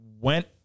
went